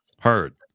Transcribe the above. Heard